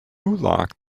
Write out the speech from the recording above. locked